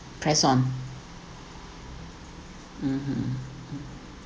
press on mmhmm mm